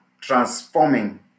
transforming